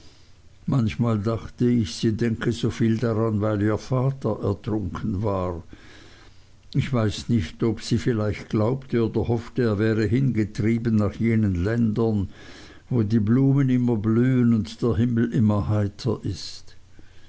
manchmal dachte ich sie denke soviel daran weil ihr vater ertrunken war ich weiß nicht ob sie vielleicht glaubte oder hoffte er wäre hingetrieben nach jenen ländern wo die blumen immer blühen und der himmel immer heiter ist